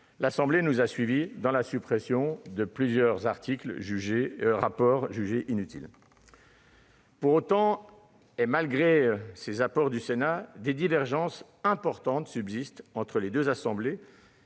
l'Assemblée nationale a suivi le Sénat sur la suppression de plusieurs rapports jugés inutiles. Pour autant, malgré ces apports du Sénat, des divergences importantes subsistent entre les deux assemblées